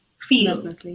feel